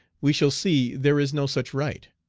we shall see there is no such right,